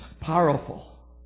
powerful